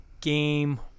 game